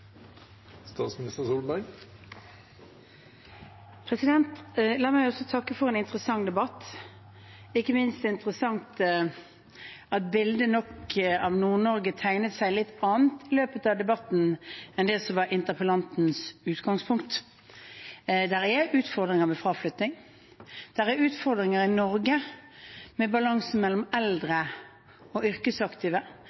La meg takke for en interessant debatt – ikke minst var det interessant at bildet av Nord-Norge nok tegnet seg som et litt annet i løpet av debatten enn det som var interpellantens utgangspunkt. Det er utfordringer med fraflytting, det er utfordringer i Norge i balansen mellom